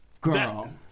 Girl